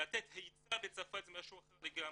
לתת היצע בצרפת זה משהו אחר לגמרי,